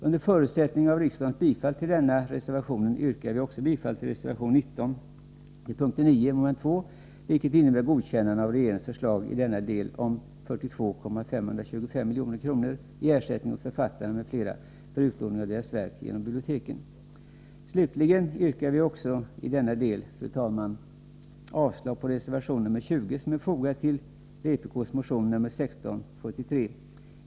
Under förutsättning av riksdagens bifall till den reservationen yrkar vi också bifall till reservation 19 till p. 9 mom. 2, vilket innebär godkännande av regeringens förslag i denna del om 42,525 milj.kr. i ersättning åt författarna m.fl. för utlåning av deras verk genom biblioteken. Slutligen yrkar vi också i denna del, fru talman, avslag på reservation nr 20, som är knuten till vpk:s motion nr 1673.